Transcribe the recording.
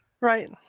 Right